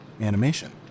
animation